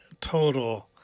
total